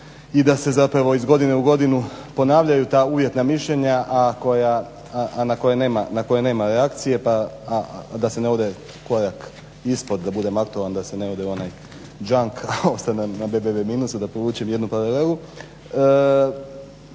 i da se zapravo iz godine u godinu ponavljaju ta uvjetna mišljenja, a na koje nema reakcije, a da se ne ode korak ispod, da budem aktualan, da se ne ode u onaj junk, a ostane na … /Govornik se ne razumije./… da povučem jednu paralelu.